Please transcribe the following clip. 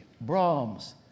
Brahms